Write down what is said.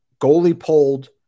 goalie-pulled